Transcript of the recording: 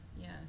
Yes